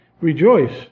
rejoice